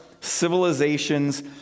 civilizations